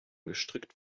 gestrickt